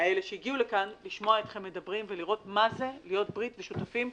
שהגיעו לכאן לשמוע אתכם ולראות מה זה להיות שותפים בברית.